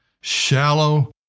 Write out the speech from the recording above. shallow